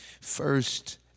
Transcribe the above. first